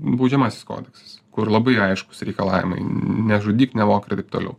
baudžiamasis kodeksas kur labai aiškūs reikalavimai nežudyk nevok ir taip toliau